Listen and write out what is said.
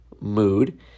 mood